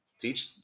teach